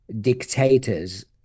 dictators